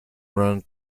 run